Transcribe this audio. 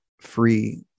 free